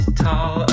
tall